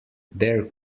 their